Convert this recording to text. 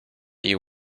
you